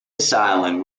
island